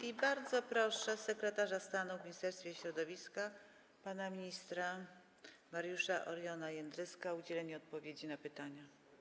I bardzo proszę sekretarza stanu w Ministerstwie Środowiska pana ministra Mariusza Oriona Jędryska o udzielenie odpowiedzi na pytania.